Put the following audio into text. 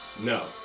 No